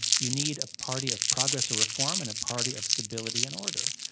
you need a party of progress or reform and a party of stability and order.